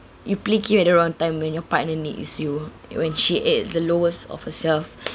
you play game at the wrong time when your partner need is you when she at the lowest of herself